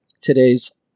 today's